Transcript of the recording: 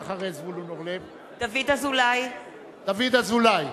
דוד אזולאי,